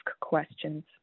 questions